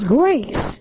grace